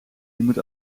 moet